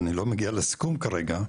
אני לא מגיע לסיכום כרגע.